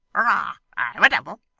hurrah! i'm a devil,